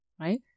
right